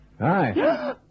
Hi